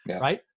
right